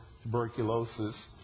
tuberculosis